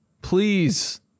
please